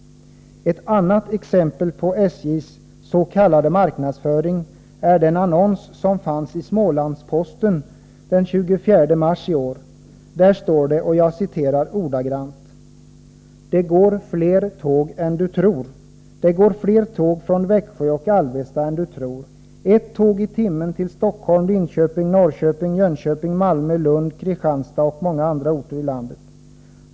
Ett annat exempel på SJ:s s.k. marknadsföring är den annons som fanns i Smålandsposten den 24 mars i år. Där står det bl.a. följande: ”Det går fler tåg än du tror. Det går fler tåg från Växjö och Alvesta än du tror. Ett tåg i timmen till Stockholm, Linköping, Norrköping, Jönköping, Malmö, Lund, Kristianstad och många andra orter i landet.